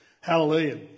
Hallelujah